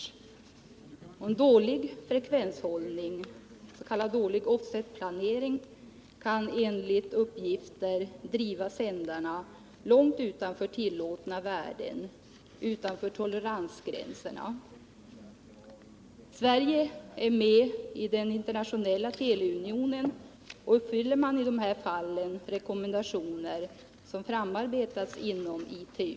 Dålig frekvenshållning, s.k. offsetplanering, kan enligt uppgifter driva sändarna långt utanför tillåtna värden, utanför toleransgränsen. Sverige är med i den internationella teleunionen. Uppfyller man i dessa fall de rekommendationer som har framarbetats inom ITU?